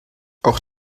auch